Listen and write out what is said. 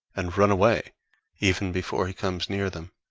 and run away even before he comes near them,